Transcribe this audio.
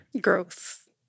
growth